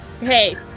Hey